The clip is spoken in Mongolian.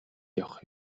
явах